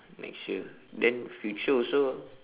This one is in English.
next year then future also